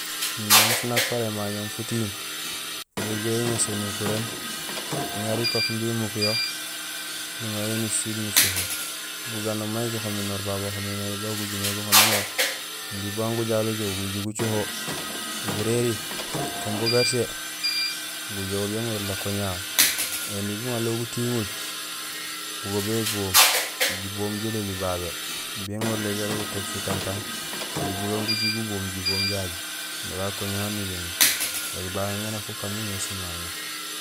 Injé éni funak fara émañohoom futiiŋ, béjoow iŋéés énukuréén uŋaar ikook imbi imukuyo nuŋayo nusiil nucoho buganoom may guhoménor babu bahoménor ban gujumé guhoménor imbi bugaan gujalojoow guju gucoho, guréri kung bugersee gujoow béŋerul akoña hahu. Ēni guŋanlool gutiiŋul, bugo béboom jiboom jololi babé, bugo béŋorul ajalo gutéék sitantang imbi bugaan guju guboom jiboom jaju bala akoña hahu anogénul. Oli babé mé nak ukaan mémé simaŋo